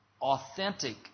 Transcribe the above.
authentic